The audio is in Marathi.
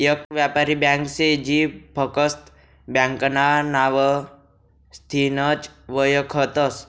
येक यापारी ब्यांक शे जी फकस्त ब्यांकना नावथीनच वयखतस